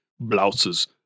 blouses